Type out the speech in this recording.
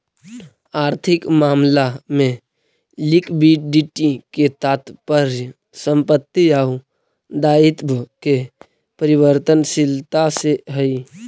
आर्थिक मामला में लिक्विडिटी के तात्पर्य संपत्ति आउ दायित्व के परिवर्तनशीलता से हई